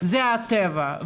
זה הטבע.